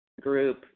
group